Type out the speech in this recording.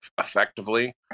effectively